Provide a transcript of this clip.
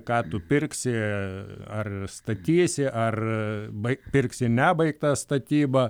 ką tu pirksi ar statysi ar baigt pirksi nebaigtą statybą